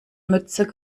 mütze